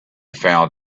found